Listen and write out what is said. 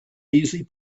easy